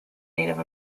native